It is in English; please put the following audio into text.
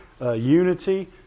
unity